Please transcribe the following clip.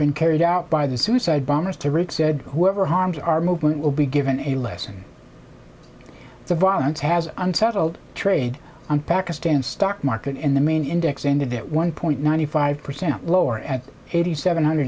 been carried out by the suicide bombers to rick said whoever harmed our movement will be given a lesson the violence has unsettled trade on pakistan's stock market in the main index end of it one point ninety five percent lower at eighty seven hundred